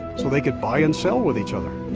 so they could buy and sell with each other.